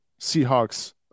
seahawks